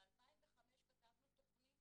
ב-2005 כתבנו תכנית